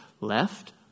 left